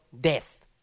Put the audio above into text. death